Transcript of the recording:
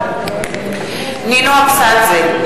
נינו אבסדזה,